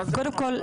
קודם כל,